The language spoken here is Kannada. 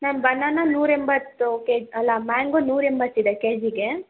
ಮ್ಯಾಮ್ ಬನಾನಾ ನೂರ ಎಂಬತ್ತು ಕೆ ಜ್ ಅಲ್ಲ ಮ್ಯಾಂಗೋ ನೂರ ಎಂಬತ್ತು ಇದೆ ಕೆ ಜಿಗೆ